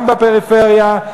גם בפריפריה,